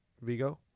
vigo